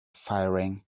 firing